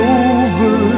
over